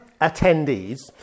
attendees